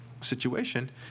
situation